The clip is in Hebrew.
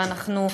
ואנחנו,